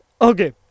Okay